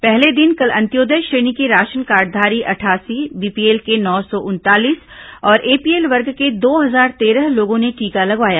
पहले दिन कल अंत्योदय श्रेणी के राशन कार्डधारी अठासी बीपीएल के नौ सौ उनतालीस और एपीएल वर्ग के दो हजार तेरह लोगों ने टीका लगवाया